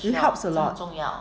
it's help a lot